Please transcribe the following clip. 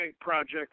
project